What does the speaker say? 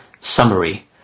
summary